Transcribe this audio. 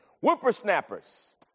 whippersnappers